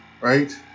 right